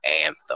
Anthem